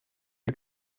you